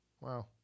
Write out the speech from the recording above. wow